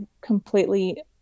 completely